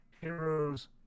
heroes